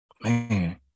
Man